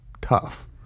tough